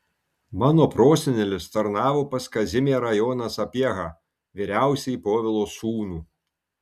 mano prosenelis tarnavo pas kazimierą joną sapiehą vyriausiąjį povilo sūnų